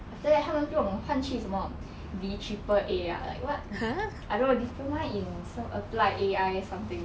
after that 他们不懂换去什么 D triple A ah like what I don't know diploma in some applied A_I something